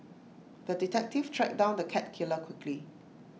the detective tracked down the cat killer quickly